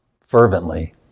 fervently